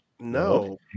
No